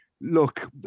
Look